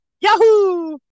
Yahoo